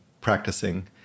practicing